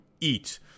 eat